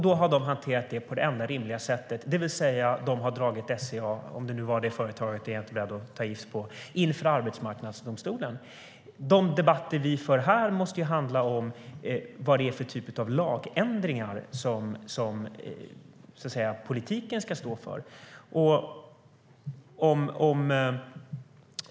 Då har de hanterat det på det enda rimliga sättet, det vill säga de har dragit SCA - om det nu var det företaget, vilket jag inte är beredd att ta gift på - inför Arbetsdomstolen.De debatter vi för här måste handla om vad det är för typ av lagändringar som, så att säga, politiken ska stå för.